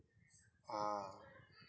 ah